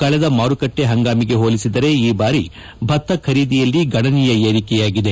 ಕಳೆದ ಮಾರುಕಟ್ಟೆ ಹಂಗಾಮಿಗೆ ಹೋಲಿಸಿದರೆ ಈ ಬಾರಿ ಭತ್ತ ಖರೀದಿಯಲ್ಲಿ ಗಣನೀಯ ಏರಿಕೆಯಾಗಿದೆ